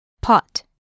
Pot